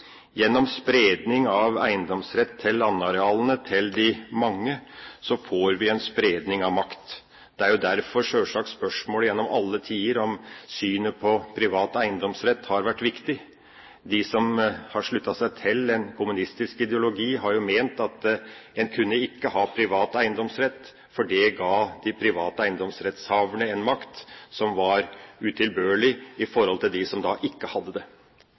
Gjennom en spredning av eiendomsretten til landarealene til de mange får vi en spredning av makt. Det er sjølsagt derfor spørsmålet om synet på privat eiendomsrett gjennom alle tider har vært viktig. De som har sluttet seg til en kommunistisk ideologi, har ment at en kunne ikke ha privat eiendomsrett, for det ga de private eiendomsrettshaverne en makt som var utilbørlig i forhold til dem som ikke hadde det.